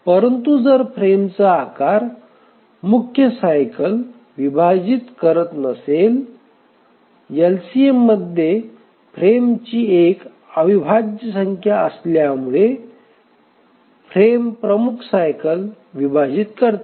परंतु जर फ्रेमचा आकार मुख्य सायकल विभाजित करत नसेल एलसीएममध्ये फ्रेमची एक अविभाज्य संख्या असल्यामुळे फ्रेम प्रमुख सायकल विभाजित करते